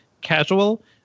Casual